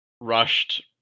rushed